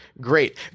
great